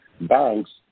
banks